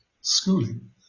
schooling